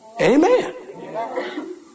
amen